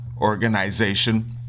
organization